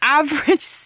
average